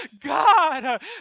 God